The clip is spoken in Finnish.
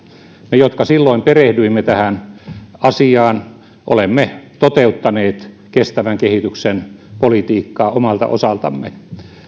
me jotka silloin perehdyimme tähän asiaan olemme toteuttaneet kestävän kehityksen politiikkaa omalta osaltamme